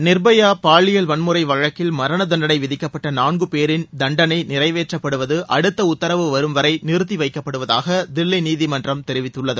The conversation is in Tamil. நிர்பயா பாலியல் வன்முறை வழக்கில் மரண தண்டனை விதிக்கப்பட்ட நான்கு பேரின் தண்டனை நிறைவேற்றப்படுவது அடுத்த உத்தரவு வரும் வரை நிறுத்தி வைக்கப்படுவதாக தில்லி நீதிமன்றம் தெரிவித்துள்ளது